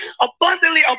Abundantly